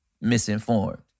misinformed